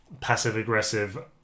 passive-aggressive